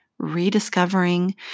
rediscovering